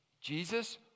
Jesus